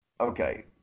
Okay